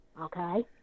okay